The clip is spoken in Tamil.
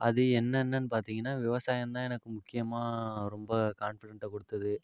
அது என்னென்னனு பார்த்திங்கன்னா விவசாயந்தான் எனக்கு முக்கியமாக ரொம்ப கான்ஃபிடெண்ட்டை கொடுத்துது